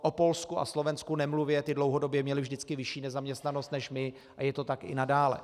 O Polsku a Slovensku nemluvě, ty dlouhodobě měly vždycky vyšší nezaměstnanost než my a je to tak i nadále.